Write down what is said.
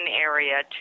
area